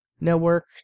network